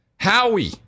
Howie